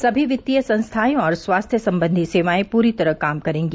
सभी वित्तीय संस्थाएं और स्वास्थ्य संबंधी सेवाएं पूरी तरह काम करेंगी